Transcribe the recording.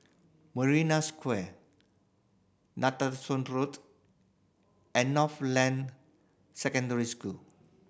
Marina Square Netheravon Road and Northland Secondary School